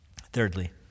Thirdly